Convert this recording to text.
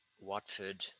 Watford